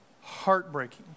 heartbreaking